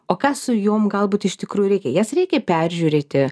o ką su jom galbūt iš tikrųjų reikia jas reikia peržiūrėti